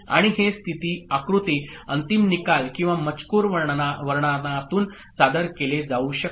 आणि हे स्थिती आकृती अंतिम निकाल किंवा मजकूर वर्णनातून सादर केले जाऊ शकते